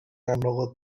nghanol